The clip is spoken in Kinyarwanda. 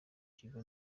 kigo